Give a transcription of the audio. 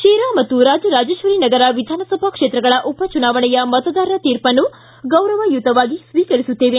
ಶಿರಾ ಮತ್ತು ರಾಜರಾಜೇಶ್ವರಿ ನಗರ ವಿಧಾನಸಭಾ ಕ್ಷೇತ್ರಗಳ ಉಪ ಚುನಾವಣೆಯ ಮಶದಾರರ ತೀರ್ಪನ್ನು ಗೌರವಯುತವಾಗಿ ಸ್ವೀಕರಿಸುತ್ತೇವೆ